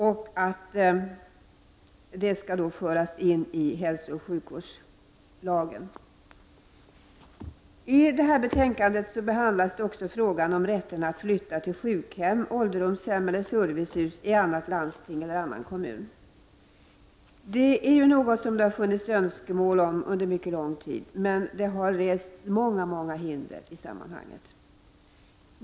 Den skall alltså föras in i hälsooch sjukvårdslagen. I betänkandet behandlas också frågan om rätten att flytta till sjukhem, ålderdomshem eller servicehus i annat landsting eller annan kommun. Det är ju något som det funnits önskemål om under lång tid, men det har rests många hinder i sammanhanget.